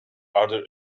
other